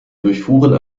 durchfuhren